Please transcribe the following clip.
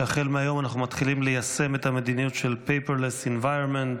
שמהיום אנחנו מתחילים ליישם את מדיניות paperless environment,